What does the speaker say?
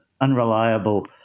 unreliable